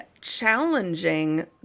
challenging